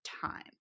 time